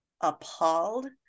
appalled